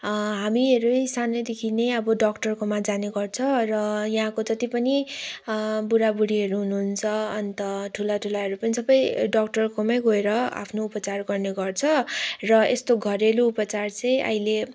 हामीहरूलाई सानोदेखि नै अब डक्टरकोमा जानेगर्छौँ र यहाँको जति पनि बुढाबुढीहरू हुनुहुन्छ अन्त ठुलाठुलाहरू पनि सबै डक्टरकोमै गएर आफ्नो उपचार गर्नेगर्छ र यस्तो घरेलु उपचार चाहिँ अहिले